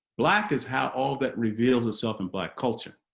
black is how all that reveals itself in black culture